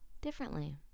differently